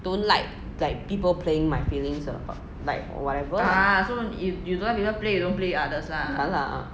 don't like like people playing my feelings about like whatever lah so if you don't like people play you don't play with others lah